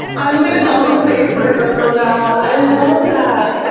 i'm going to call them face purses from now on. i love that!